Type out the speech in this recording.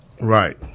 Right